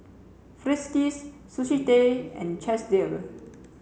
Friskies Sushi Tei and Chesdale